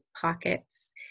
pockets